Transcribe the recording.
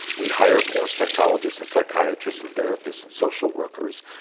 we hired more psychologists and psychiatrists and therapists and social workers.